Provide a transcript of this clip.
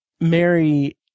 Mary